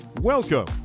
Welcome